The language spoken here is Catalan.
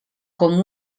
com